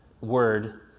word